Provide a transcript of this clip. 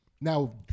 Now